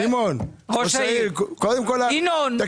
ינון, אני